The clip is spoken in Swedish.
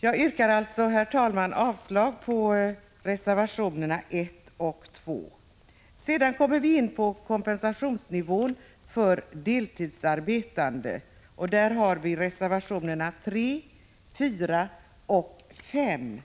Jag yrkar, herr talman, avslag på reservationerna 1 och 2. Sedan kommer vi in på frågan om kompensationsnivån för deltidsarbetande, vilken har berörts i reservationerna 3, 4 och 5.